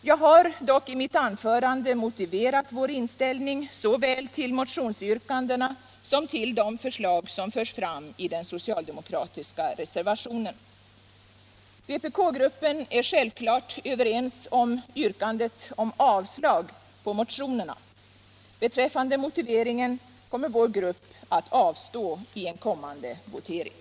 Jag har dock i mitt anförande motiverat vår inställning såväl till motionsyrkandena som till de förslag som förs fram i den socialdemokratiska reservationen. Vpkgruppen är självklart överens om yrkandet om avslag på motionerna. Beträffande motiveringen kommer vår grupp att avstå i en kommande votering.